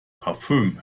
parfüm